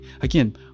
Again